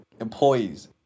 employees